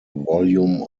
volume